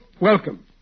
welcome